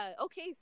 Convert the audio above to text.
Okay